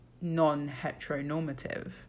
non-heteronormative